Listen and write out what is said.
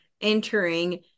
entering